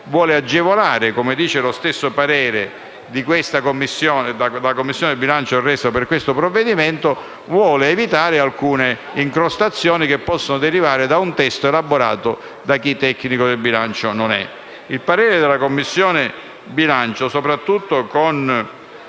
vuole agevolare - come dice lo stesso parere della Commissione bilancio reso per questo provvedimento - ed evitare alcune incrostazioni che possono derivare da un testo elaborato da chi tecnico del bilancio non è. La Commissione bilancio, soprattutto sugli